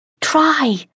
try